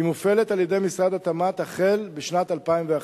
היא מופעלת על-ידי משרד התמ"ת משנת 2011,